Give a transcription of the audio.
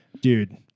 dude